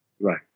Right